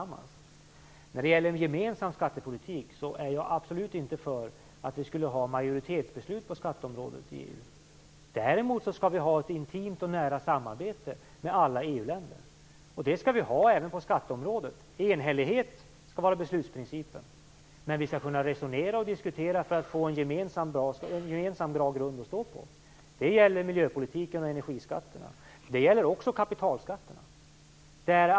När det gäller en gemensam skattepolitik är jag absolut inte för majoritetsbeslut på skatteområdet i EU. Däremot skall vi ha ett intimt och nära samarbete med alla EU-länder - även på skatteområdet. Enhällighet skall vara beslutsprincipen. Men vi skall kunna resonera och diskutera för att få en gemensam bra grund att stå på. Det gäller miljöpolitiken och energiskatterna, och det gäller också kapitalskatterna.